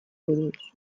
buruz